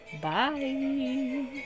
Bye